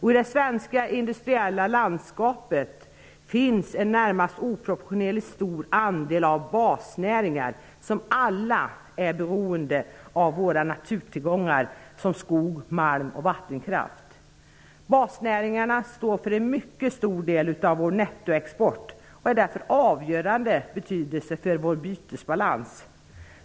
I det svenska industriella landskapet finns en närmast oproportionerligt stor andel basnäringar som är beroende av naturtillgångar som skog, malm och vattenkraft. Basnäringarna står för en mycket stor del av vår nettoexport och är därför av avgörande betydelse för vår bytesbalans.